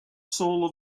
soul